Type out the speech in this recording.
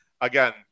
Again